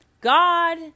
god